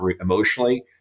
emotionally